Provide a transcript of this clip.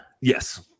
Yes